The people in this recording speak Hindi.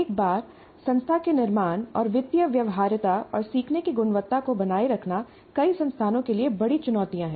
एक बार संस्था के निर्माण और वित्तीय व्यवहार्यता और सीखने की गुणवत्ता को बनाए रखना कई संस्थानों के लिए बड़ी चुनौतियां हैं